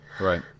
Right